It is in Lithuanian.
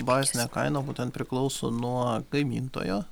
bazinė kaina būtent priklauso nuo gamintojo